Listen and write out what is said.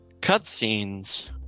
Cutscenes